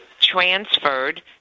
transferred